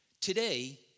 Today